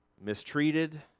mistreated